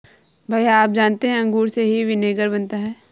भैया आप जानते हैं अंगूर से ही विनेगर बनता है